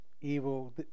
Evil